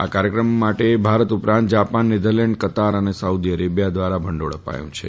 આ કાર્યક્રમ માટે ભારત ઉપરાંત જાપાન નેધરલેન્ડ કતાર અને સાઉદી અરેબિયા દ્વારા ભંડોળ આપવામાં આવ્યું છે